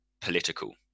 political